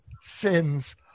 sins